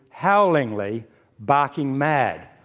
howlingly barking mad.